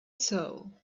soul